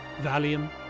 Valium